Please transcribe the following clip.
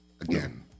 Again